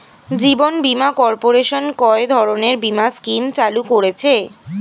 জীবন Bima corporation কয় ধরনের বীমা স্কিম চালু করেছে?